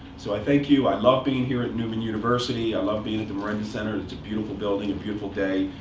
so i thank you. i love being here at neumann university. i love being at the mirenda center. it's a beautiful building, a beautiful day.